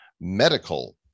medical